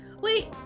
wait